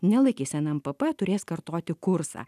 nelaikys nmpp turės kartoti kursą